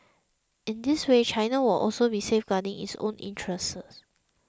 in this way China will also be safeguarding its own interests